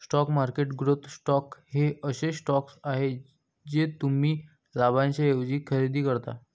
stock market growth stocks हे असे stocks आहेत जे तुम्ही लाभांशाऐवजी खरेदी करता